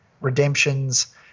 redemptions